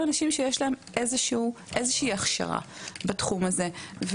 אנשים שיש להם איזושהי הכשרה בתחום הזה.